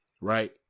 Right